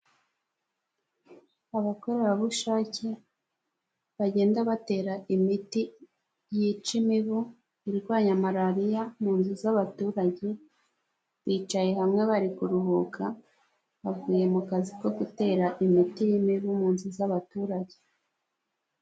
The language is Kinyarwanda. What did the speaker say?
Abakorerabushake bagenda batera imiti yica imibu irwanya Malariya mu nzu z'abaturage, bicaye hamwe bari kuruhuka bavuye mu kazi ko gutera imiti y'imibu munzi z'abaturage.